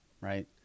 right